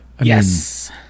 Yes